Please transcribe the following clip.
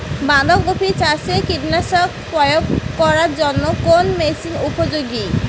বাঁধা কপি চাষে কীটনাশক প্রয়োগ করার জন্য কোন মেশিন উপযোগী?